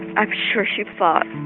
i'm sure she fought.